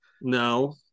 No